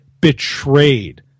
betrayed